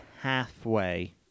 halfway